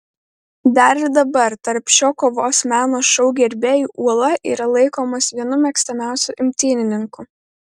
dar ir dabar tarp šio kovos meno šou gerbėjų uola yra laikomas vienu mėgiamiausiu imtynininku